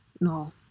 no